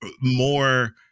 more